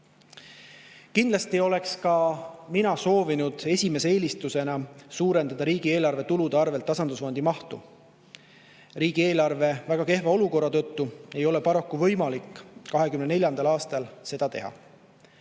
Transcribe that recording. Kindlasti oleks ka mina soovinud esimese eelistusena suurendada riigieelarve tulude arvelt tasandusfondi mahtu. Riigieelarve väga kehva seisu tõttu ei ole paraku võimalik 2024. aastal seda teha.